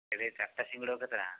ସେଠି ଚାରିଟା ସିଙ୍ଗଡ଼ାକୁ କେତେ ଟଙ୍କା